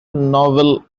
novel